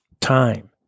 Time